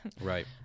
Right